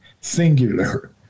singular